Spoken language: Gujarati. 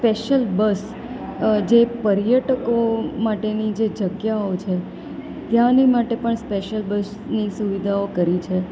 સ્પેશ્યલ બસ જે પર્યટકો માટેની જે જગ્યાઓ છે ત્યાંની માટેની પણ સ્પેશ્યલ બસની સુવિધાઓ કરી છે